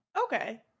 Okay